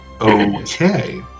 Okay